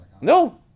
No